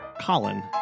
Colin